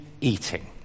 Eating